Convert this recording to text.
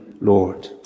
Lord